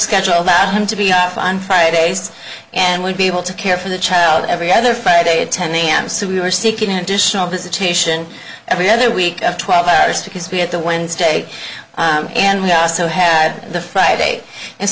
schedule allows him to be on fridays and would be able to care for the child every other friday at ten am so we were seeking additional visitation every other week of twelve hours because we had the wednesday and we also had the friday and